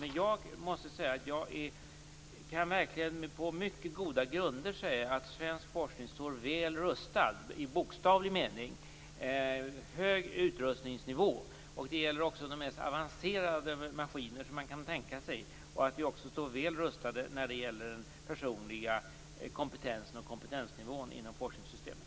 Men jag kan verkligen på mycket goda grunder säga att svensk forskning står väl rustad - i bokstavlig mening: Vi har en hög utrustningsnivå. Det gäller de mest avancerade maskiner som man kan tänka sig. Vi står också väl rustade när det gäller den personliga kompetensen och kompetensnivån inom forskningssystemet.